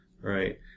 right